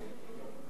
בכותרת